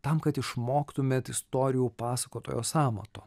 tam kad išmoktumėt istorijų pasakotojos amato